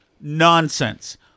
Nonsense